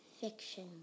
Fiction